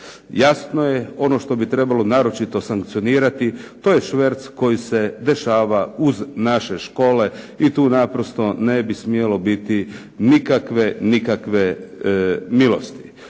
Jasno je ono što bi naročito trebalo sankcionirati, to je šverc koji se dešava uz naše škole. I tu naprosto ne bi smjelo biti nikakve milosti.